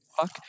fuck